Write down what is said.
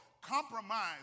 compromise